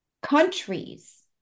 countries